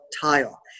tile